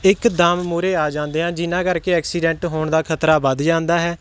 ਇੱਕ ਦਮ ਮੂਹਰੇ ਆ ਜਾਂਦੇ ਆ ਜਿਹਨਾਂ ਕਰਕੇ ਐਕਸੀਡੈਂਟ ਹੋਣ ਦਾ ਖਤਰਾ ਵੱਧ ਜਾਂਦਾ ਹੈ